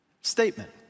statement